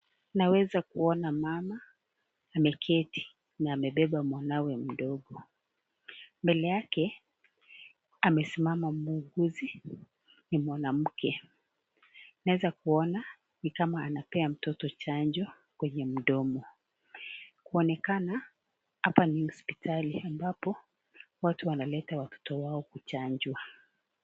Naweza kuona mama ameketi na amebeba mwanawe mdogo, mbele yake amesimama muuguzi ambaye ni mwanamke, naweza kuona ni kama anepea mtoto chanjo kwenye mdomo, kuonekana hapa ni hospitali ambapo watu wanaleta watoto wao kuchanjwa.